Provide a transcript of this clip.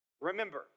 Remember